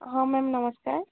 ହଁ ମ୍ୟାମ୍ ନମସ୍କାର